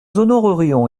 honorerions